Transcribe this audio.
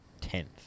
Tenth